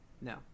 No